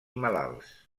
malalts